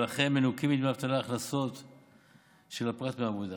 ולכן מנוכים מדמי האבטלה הכנסות של הפרט מעבודה.